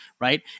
right